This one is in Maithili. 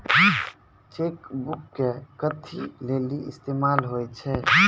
चेक बुको के कथि लेली इस्तेमाल होय छै?